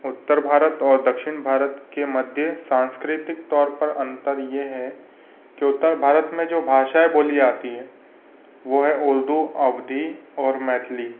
उत्तर भारत और दक्षिण भारत के मध्य सांस्कृतिक तौर पर अंतर यह है कि उत्तर भारत में जो भाषाएं बोली आती हैं वो है उर्दू अवधी और मैथिली